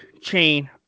chain